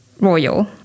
royal